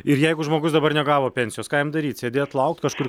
ir jeigu žmogus dabar negavo pensijos ką jam daryt sėdėt laukt kažkur